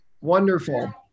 Wonderful